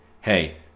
hey